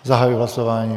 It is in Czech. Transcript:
Zahajuji hlasování.